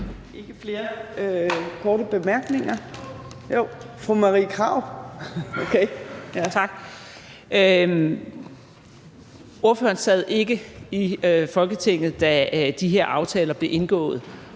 ikke flere korte bemærkninger. Jo, fru Marie Krarup! Kl. 11:04 Marie Krarup (DF): Tak. Ordføreren sad ikke i Folketinget, da de her aftaler blev indgået.